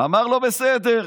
אמר לו: בסדר.